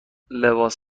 لباس